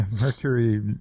Mercury